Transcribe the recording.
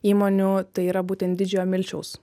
įmonių tai yra būtent didžiojo milčiaus